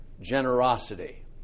generosity